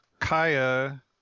Kaya